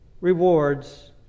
rewards